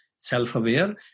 self-aware